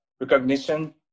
recognition